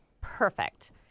perfect